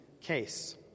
case